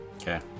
Okay